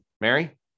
Mary